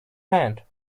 hand